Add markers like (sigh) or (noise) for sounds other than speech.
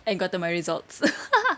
and gotten my results (laughs)